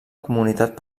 comunitat